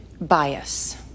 bias